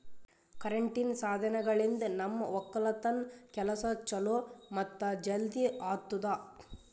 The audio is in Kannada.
ಕರೆಂಟಿನ್ ಸಾಧನಗಳಿಂದ್ ನಮ್ ಒಕ್ಕಲತನ್ ಕೆಲಸಾ ಛಲೋ ಮತ್ತ ಜಲ್ದಿ ಆತುದಾ